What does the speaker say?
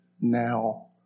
now